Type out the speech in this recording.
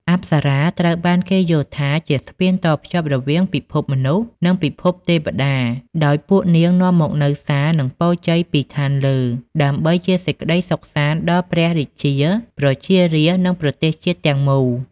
អប្សរាត្រូវបានគេយល់ថាជា ស្ពានតភ្ជាប់រវាងពិភពមនុស្ស និងពិភពទេពតា ដោយពួកនាងនាំមកនូវសារ និងពរជ័យពីឋានលើ ដើម្បីជាសេចក្ដីសុខសាន្តដល់ព្រះរាជា ប្រជារាស្ត្រ និងប្រទេសជាតិទាំងមូល។